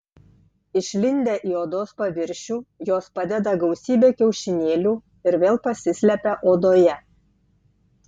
išlindę į odos paviršių jos padeda gausybę kiaušinėlių ir vėl pasislepia odoje